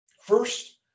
First